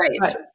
Right